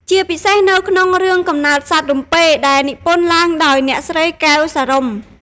ជាពិសេសនៅក្នុងរឿង កំណើតសត្វរំពេ ដែលនិពន្ធឡើងដោយអ្នកស្រី កែវ សារុំ។